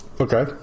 Okay